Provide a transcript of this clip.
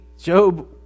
Job